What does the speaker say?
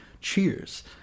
Cheers